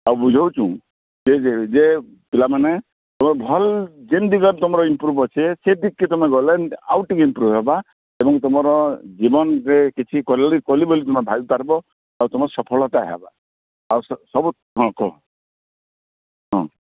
ଆଉ ବୁଝଉଛୁ କେ ଯେ ଯେ ପିଲାମାନେ ତୁମେ ଭଲ୍ ଜିନ୍ ଦିଗରେ ତୁମର ଇମ୍ପ୍ରୁଭ୍ ଅଛେ ସେ ଦିଗ୍କେ ତୁମେ ଗଲେ ଆଉ ଟିକେ ଇମ୍ପ୍ରୁଭ୍ ହେବା ଏବଂ ତୁମର ଜୀବନରେ କିଛି କଲି କଲି ବୋଲି ତୁମେ ଭାବିପାରିବ ଆଉ ତୁମର ସଫଳତା ହେବା ଆଉ ସବୁ ହଁ କୁହ ହଁ